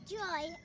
joy